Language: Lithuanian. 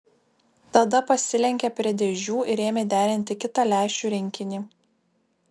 tada pasilenkė prie dėžių ir ėmė derinti kitą lęšių rinkinį